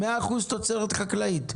100 אחוז תוצרת חקלאית.